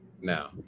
now